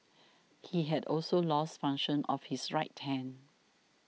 he had also lost function of his right hand